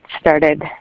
started